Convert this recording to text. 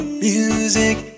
music